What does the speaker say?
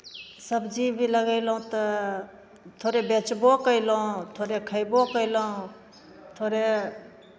सबजी भी लगयलहुँ तऽ थोड़े बेचबो कयलहुँ थोड़े खयबो कयलहुँ थोड़े